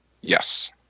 Yes